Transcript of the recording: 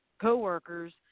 coworkers